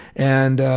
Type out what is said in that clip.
and